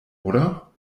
oder